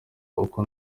uko